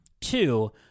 Two